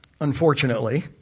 unfortunately